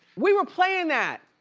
we were playing that,